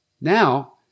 Now